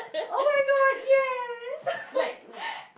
oh my god yes